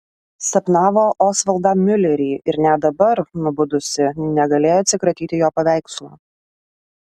sapnavo osvaldą miulerį ir net dabar nubudusi negalėjo atsikratyti jo paveikslo